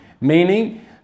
Meaning